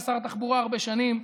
היה שר התחבורה הרבה שנים,